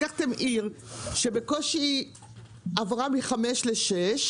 לקחתם עיר שבקושי עבר מחמש לשש,